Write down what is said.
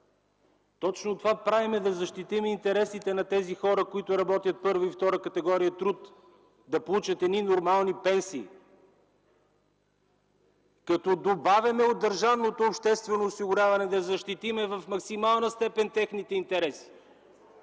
точно това правим – да защитим интересите на тези хора, които работят първа и втора категория труд, да получат едни нормални пенсии, като добавяме от държавното обществено осигуряване, да защитим в максимална степен техните интереси.